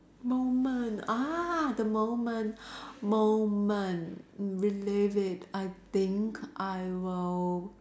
moment ah the moment moment relive it I think I will